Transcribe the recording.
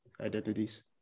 identities